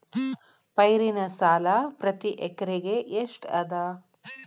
ಪೈರಿನ ಸಾಲಾ ಪ್ರತಿ ಎಕರೆಗೆ ಎಷ್ಟ ಅದ?